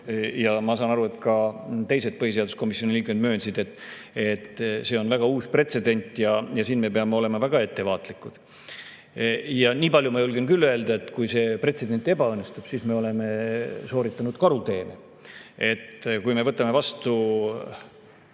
ja ma saan aru, et ka teised põhiseaduskomisjoni liikmed möönsid, et see on uus pretsedent ja siin me peame olema väga ettevaatlikud. Nii palju ma julgen küll öelda, et kui see pretsedent ebaõnnestub, siis me oleme teinud karuteene. Kui me võtame vastu